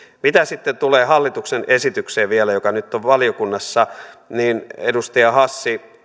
mitä sitten vielä tulee hallituksen esitykseen joka nyt on valiokunnassa niin edustaja hassi